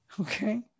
Okay